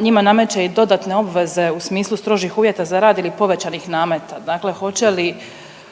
njima nameće i dodatne obveze u smislu strožih uvjeta za rad ili povećanih nameta, dakle hoće li